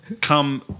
come